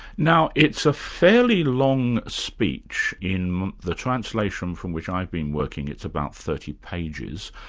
now it's a fairly long speech in the translation from which i've been working it's about thirty pages.